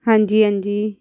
ਹਾਂਜੀ ਹਾਂਜੀ